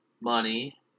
Money